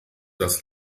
das